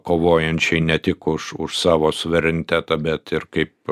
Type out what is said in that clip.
kovojančiai ne tik už už savo suverenitetą bet ir kaip